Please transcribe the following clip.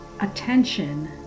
attention